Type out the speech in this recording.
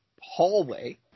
hallway